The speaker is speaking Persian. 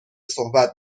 صحبت